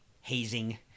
hazing